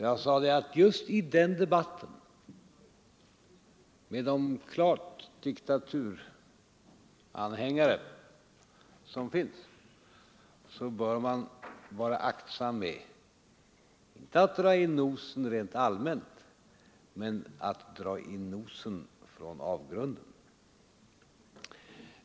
Jag sade att just i den debatten, där det uppträder klara diktaturanhängare, bör man vara aktsam och dra in nosen, inte rent allmänt men från avgrunden.